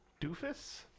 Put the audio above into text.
doofus